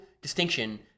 distinction